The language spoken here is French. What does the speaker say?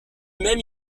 même